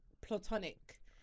platonic